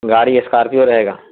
گاڑی اسکورپیو رہے گا